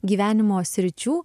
gyvenimo sričių